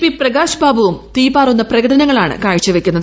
P Prakash ബാബുവും തീപാറുന്ന പ്രകടനങ്ങളാണ് കാഴ്ചവെക്കുന്നത്